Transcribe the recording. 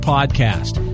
Podcast